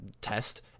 test